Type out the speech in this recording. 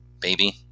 baby